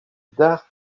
dar